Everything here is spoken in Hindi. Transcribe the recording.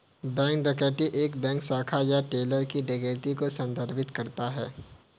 बैंक डकैती एक बैंक शाखा या टेलर की डकैती को संदर्भित करता है